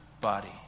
body